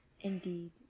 Indeed